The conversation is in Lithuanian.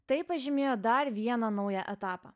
tai pažymėjo dar vieną naują etapą